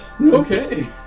Okay